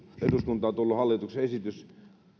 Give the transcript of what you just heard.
eduskuntaan tullut hallituksen esitys